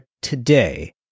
today